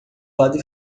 lado